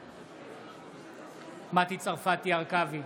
בעד מטי צרפתי הרכבי,